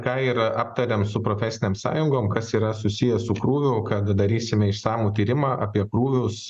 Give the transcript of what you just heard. ką ir aptarėm su profesinėm sąjungom kas yra susiję su krūviu kad darysime išsamų tyrimą apie krūvius